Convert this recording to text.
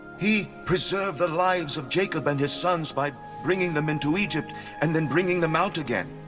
he preserved the lives of jacob and his sons by bringing them into egypt and then bringing them out again.